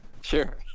Sure